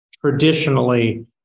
traditionally